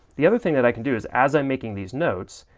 the other thing that i can do is as i'm making these notes,